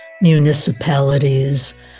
municipalities